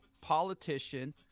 politician